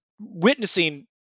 witnessing